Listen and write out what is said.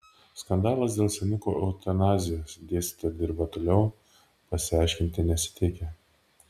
skandalas dėl senukų eutanazijos dėstytoja dirba toliau pasiaiškinti nesiteikia